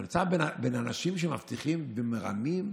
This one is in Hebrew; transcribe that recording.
אתה נמצא בין אנשים שמבטיחים ומרמים?